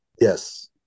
Yes